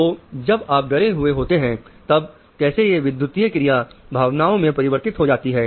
तो जब आप डरे हुए होते हैं तब कैसे यह विद्युतीय क्रिया भावनाओं में परिवर्तित हो जाती है